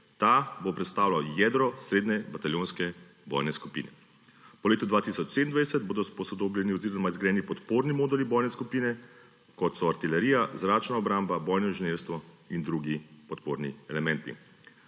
Ta bo predstavljal jedro srednje bataljonske bojne skupine. Po letu 2027 bodo posodobljeni oziroma zgrajeni podporni moduli bojne skupine, kot so artilerija, zračna obramba, bojno inženirstvo in drugi podporni elementi.